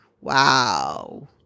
Wow